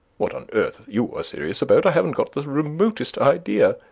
what on earth you are serious about i haven't got the remotest idea.